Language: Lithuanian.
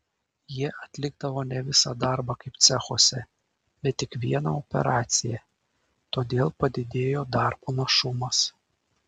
jie atlikdavo ne visą darbą kaip cechuose bet tik vieną operaciją todėl padidėjo darbo našumas